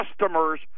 customers